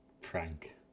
prank